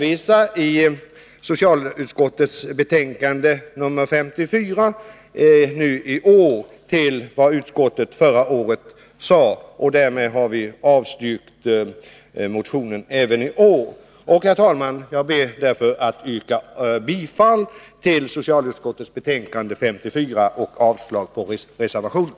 I socialutskottets betänkande nr 54 hänvisas i år till vad utskottet anförde förra året, och därmed har utskottet även i år avstyrkt motionen. Herr talman! Jag ber således att få yrka bifall till hemställan i socialutskottets betänkande nr 54 och avslag på reservationen.